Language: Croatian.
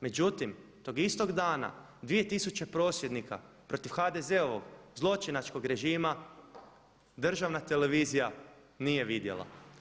Međutim tog istog dana 2000 prosvjednika protiv HDZ-ovog zločinačkog režima državna televizija nije vidjela.